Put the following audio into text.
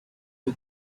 who